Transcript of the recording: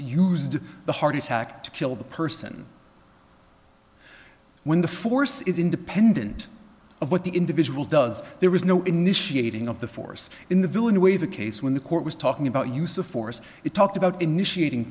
used the heart attack to kill the person when the force is independent of what the individual does there is no initiating of the force in the villain to waive a case when the court was talking about use of force you talked about initiating